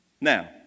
Now